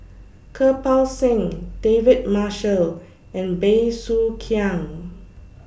Kirpal Singh David Marshall and Bey Soo Khiang